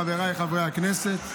חבריי חברי הכנסת,